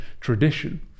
tradition